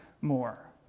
more